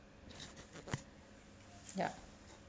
yup